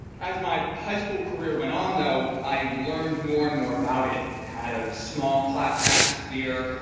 as my high school career went on, though, i learned more and more about it. it had a small class atmosphere,